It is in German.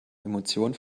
emotionen